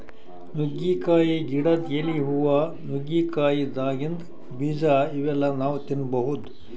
ನುಗ್ಗಿಕಾಯಿ ಗಿಡದ್ ಎಲಿ, ಹೂವಾ, ನುಗ್ಗಿಕಾಯಿದಾಗಿಂದ್ ಬೀಜಾ ಇವೆಲ್ಲಾ ನಾವ್ ತಿನ್ಬಹುದ್